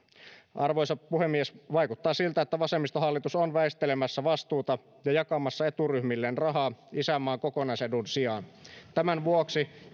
arvoisa puhemies vaikuttaa siltä että vasemmistohallitus on väistelemässä vastuuta ja jakamassa eturyhmilleen rahaa isänmaan kokonaisedun sijaan tämän vuoksi